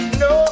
no